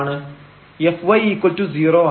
fy0 ആണ്